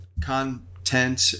content